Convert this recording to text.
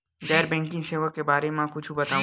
गैर बैंकिंग सेवा के बारे म कुछु बतावव?